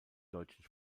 deutschen